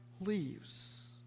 leaves